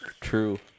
true